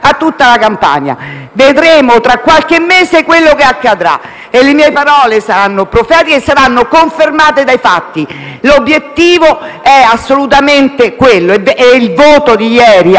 a tutta la Campania. Vedremo tra qualche mese quello che accadrà: le mie parole risulteranno profetiche e saranno confermate dai fatti. L'obiettivo è assolutamente quello e il voto espresso ieri